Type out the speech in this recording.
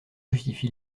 justifie